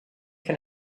can